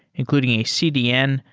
including a cdn,